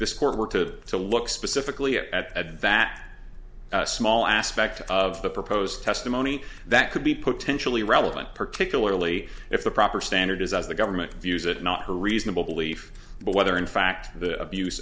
this court were to to look specifically at that small aspect of the proposed testimony that could be potentially relevant particularly if the proper standard is as the government views it not a reasonable belief but whether in fact the abuse